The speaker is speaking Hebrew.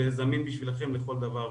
וזמין בשבילכם לכל דבר ועניין.